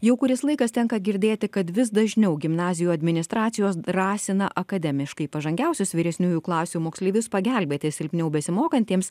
jau kuris laikas tenka girdėti kad vis dažniau gimnazijų administracijos drąsina akademiškai pažangiausius vyresniųjų klasių moksleivius pagelbėti silpniau besimokantiems